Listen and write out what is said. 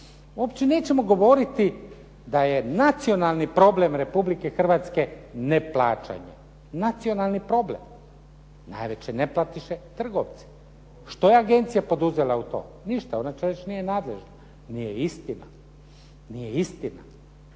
Uopće nećemo govoriti da je nacionalni problem Republike Hrvatske neplaćanje, nacionalni problem. Najveće neplatiše trgovci. Što je agencija poduzela u tom? Ništa, ona još nije nadležna. Nije istina. Nije istina.